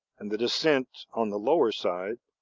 and the descent on the lower side,